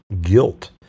guilt